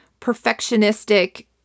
perfectionistic